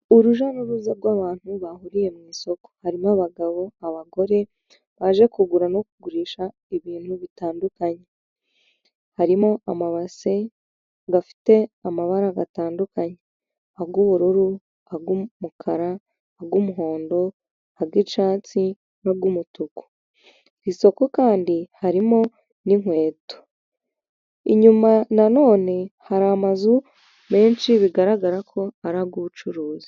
Urujya n'uruza rw'abantu bahuriye mu isoko harimo, abagabo, abagore, baje kugura no kugurisha ibintu bitandukanye harimo: amabase afite amabara gatandukanye ay'ubururu, ay'umukara, n'umuhondo, ay'acyatsi, nay'umutuku, mu isoko kandi harimo n'inkweto, inyuma na none hari amazu menshi bigaragara ko ari ay'ubucuruzi.